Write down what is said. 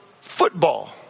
football